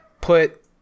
put